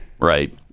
right